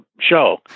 show